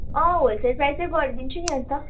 अँ होलसेल प्राइसै गरिदिन्छु नि अन्त